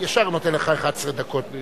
ישר נותן לך 11 דקות.